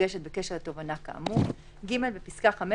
המוגשת בקשר לתובענה כאמור"; (ג) בפסקה (5),